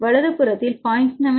வலதுபுறத்தில் 0